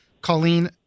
Colleen